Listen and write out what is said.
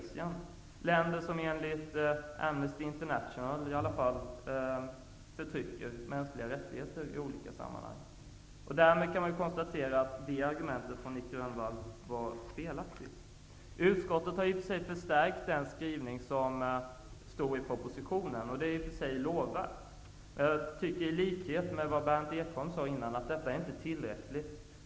Det är länder som enligt Amnesty International förtrycker mänskliga rättigheter. Därmed är Nic Grönvalls argument felaktiga. Utskottet har förstärkt den skrivning som finns i propositionen. Det är i och för sig lovvärt. Men jag tycker, i likhet med vad Berndt Ekholm sade tidigare, att det är inte tillräckligt.